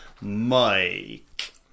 Mike